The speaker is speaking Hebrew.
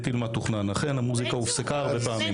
אכן המוזיקה הופסקה הרבה פעמים.